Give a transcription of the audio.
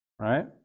right